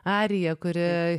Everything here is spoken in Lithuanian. arija kuri